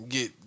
Get